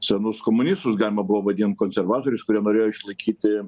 senus komunistus galima buvo vadint konservatoriais kurie norėjo išlaikyti